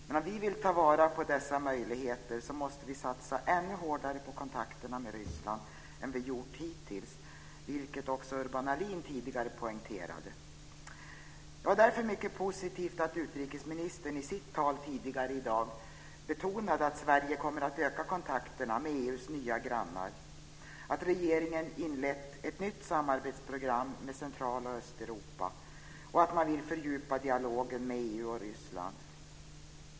Men om vi vill ta vara på dessa möjligheter måste vi satsa ännu hårdare på kontakterna med Ryssland än vi gjort hittills. Det poängterade också Urban Ahlin tidigare. Det var därför mycket positivt att utrikesministern i sitt tal tidigare i dag betonade att Sverige kommer att öka kontakterna med EU:s nya grannar, att regeringen inlett ett nytt samarbetsprogram med Central och Östeuropa och att man vill fördjupa dialogen mellan EU och Ryssland.